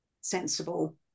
sensible